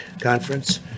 conference